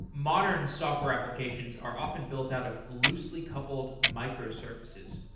modern software applications are often built out of loosely coupled microservices.